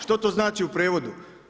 Što to znači u prijevodu?